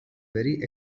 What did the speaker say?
very